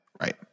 Right